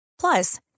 Plus